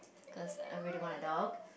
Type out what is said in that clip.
cause I really want a dog